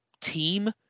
team